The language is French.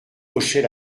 hochait